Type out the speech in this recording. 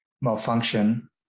malfunction